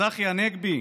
צחי הנגבי,